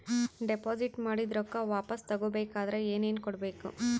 Deposit ಮಾಡಿದ ರೊಕ್ಕ ವಾಪಸ್ ತಗೊಬೇಕಾದ್ರ ಏನೇನು ಕೊಡಬೇಕು?